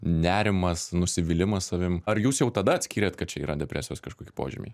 nerimas nusivylimas savim ar jūs jau tada atskyrėt kad čia yra depresijos kažkokie požymiai